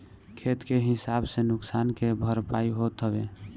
खेत के हिसाब से नुकसान के भरपाई होत हवे